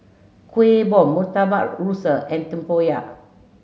Kueh Bom Murtabak Rusa and Tempoyak